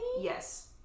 Yes